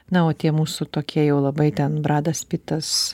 na o tie mūsų tokie jau labai ten bradas pitas